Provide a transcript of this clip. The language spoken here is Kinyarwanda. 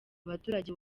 abaturage